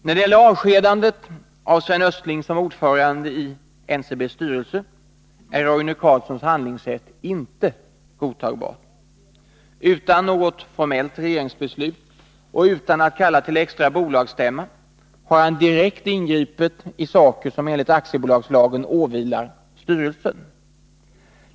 När det gäller avskedandet av Sven Östling som ordförande i NCB:s styrelse är Roine Carlssons handlingssätt inte godtagbart. Utan något formellt regeringsbeslut och utan att kalla till extra bolagsstämma har han direkt ingripit i saker som enligt aktiebolagslagen åvilar styrelsen.